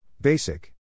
Basic